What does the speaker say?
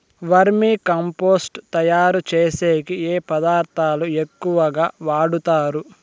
వర్మి compost తయారుచేసేకి ఏ పదార్థాలు ఎక్కువగా వాడుతారు